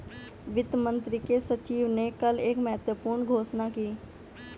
वित्त मंत्री के सचिव ने कल एक महत्वपूर्ण घोषणा की